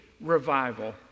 revival